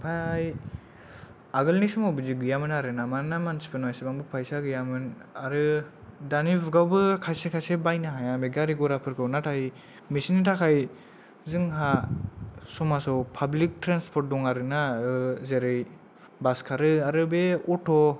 आमफाय आगोलनि समाव बिदि गैयामोन आरोना मानोना मानसिफोरना इसिबांबो फैसा गैयामोन आरो दानि जुगावबो खायसे खायसे बायनो हाया बे गारि गरा फोरखौ नाथाय बिसिनि थाखाय जोंहा समाज आव पाब्लिक ट्रेनसर्पट दं आरोना जेरै बास खारो आरो बे अ'थ'